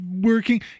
working